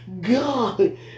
God